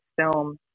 film